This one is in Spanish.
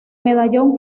medallón